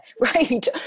right